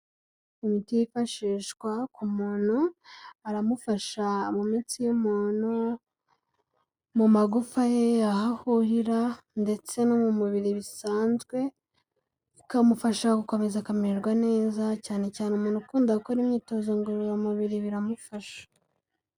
Imiti yifashishwa ku muntu aramufasha mu minsi y'umuntu mu magufa ye aho ahurira ndetse no mu mubiri bisanzwe bikamufasha gukomeza akamererwa neza cyane cyane umuntu ukunda gukora imyitozo ngororamubiri biramufasha.